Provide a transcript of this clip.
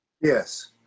Yes